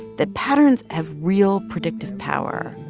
that patterns have real predictive power.